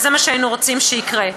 וזה מה שהיינו רוצים שיקרה.